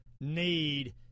need